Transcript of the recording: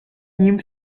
hymn